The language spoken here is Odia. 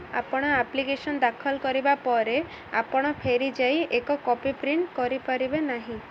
ଆପଣ ଆପ୍ଲିକେସନ୍ ଦାଖଲ କରିବା ପରେ ଆପଣ ଫେରିଯାଇ ଏକ କପି ପ୍ରିଣ୍ଟ କରିପାରିବେ ନାହିଁ